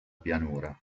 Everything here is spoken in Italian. pianura